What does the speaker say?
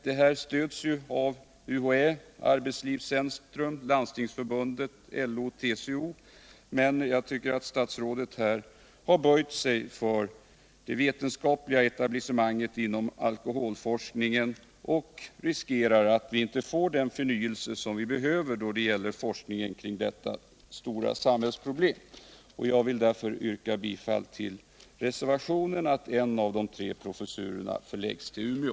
Detta stöds av UHÄ, Arbetslivscentrum, Landstingsförbundet, LO och TCO. Men jag tycker att statsrådet har böjt sig för det vetenskapliga etablissemanget inom alkoholforskning och riskerar att vi inte får den förnyelse som vi behöver då det gäller forskning kring detta stora samhällsproblem. Jag vill yrka bifall till reservationen, som innebär att en av de tre professurerna förläggs till Umeå.